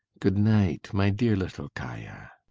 good-night, my dear little kaia.